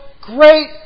great